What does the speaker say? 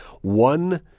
one-